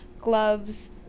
gloves